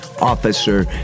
Officer